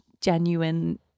genuine